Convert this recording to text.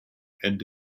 and